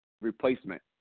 replacement